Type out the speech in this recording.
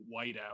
whiteout